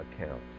account